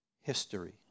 history